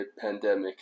pandemic